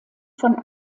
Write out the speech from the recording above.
von